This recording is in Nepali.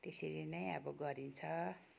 त्यसरी नै अब गरिन्छ